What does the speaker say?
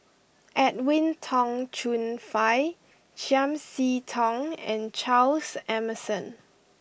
Edwin Tong Chun Fai Chiam See Tong and Charles Emmerson